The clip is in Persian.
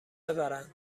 ببرن